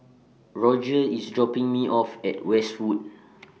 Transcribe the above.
Rodger IS dropping Me off At Westwood